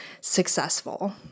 successful